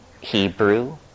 Hebrew